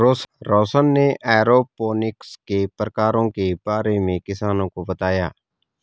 रौशन ने एरोपोनिक्स के प्रकारों के बारे में किसानों को बताया